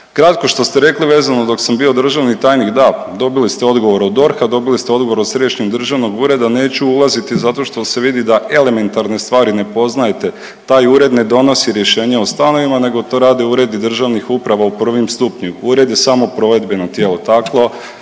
Kratko što ste rekli vezano dok sam bio državni tajnik da dobili ste odgovor od DORH-a, dobili ste odgovor od središnjeg državnog ureda neću ulaziti zato što se vidi da elementarne ne poznajete. Taj ured ne donosi rješenje o stanovima nego to rade uredi državnih uprava u prvim stupnjima, ured je samo provedbeno tijelo. Tako